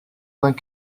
vingt